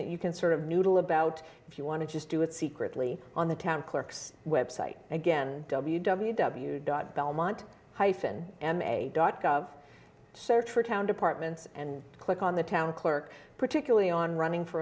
that you can sort of noodle about if you want to just do it secretly on the town clerk's website again w w w dot belmont hyphen dot gov search for town departments and click on the town clerk particularly on running for